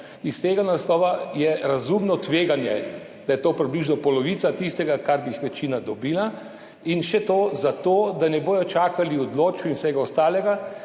Iz tega naslova je razumno tveganje, da je to približno polovica tistega, kar bi jih večina dobila, in še to za to, da ne bodo čakali odločb in vsega ostalega,